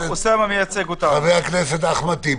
חבר הכנסת אחמד טיבי.